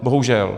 Bohužel.